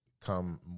come